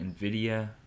NVIDIA